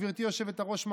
גברתי היושבת-ראש,